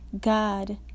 God